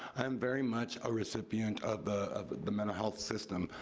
i am very much a recipient of the of the mental health system,